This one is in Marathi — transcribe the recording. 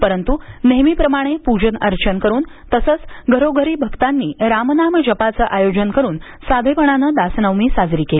परंतु नेहमीप्रमाणे पूजन अर्चन करून तसच घरोघरी भक्तांनी राम नाम जपाचं आयोजन करून साधेपणानं दासनवमी साजरी केली